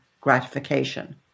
gratification